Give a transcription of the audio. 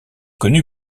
connu